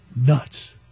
nuts